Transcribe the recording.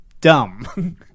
dumb